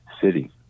city